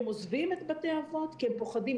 והם עוזבים את בתי האבות כי הם פוחדים,